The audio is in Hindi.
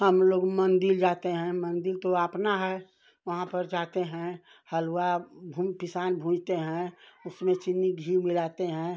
हम लोग मंदिर जाते हैं मंदिर तो अपना है वहाँ पर जाते हैं हलुआ पिसान भूँजते हैं उसमें चीनी घी मिलाते हैं